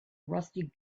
rusty